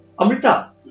Amrita